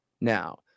now